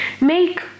Make